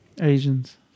Asians